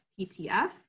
PTF